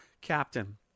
captain